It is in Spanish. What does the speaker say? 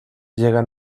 llega